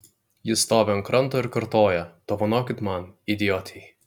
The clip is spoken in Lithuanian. ji stovi ant kranto ir kartoja dovanokit man idiotei